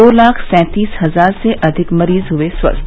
दो लाख सैंतीस हजार से अधिक मरीज हुए स्वस्थ